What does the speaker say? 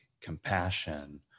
compassion